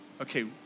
Okay